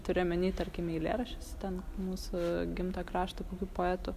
turiu omeny tarkim eilėraščius ten mūsų gimtojo krašto kokių poetų